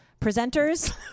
Presenters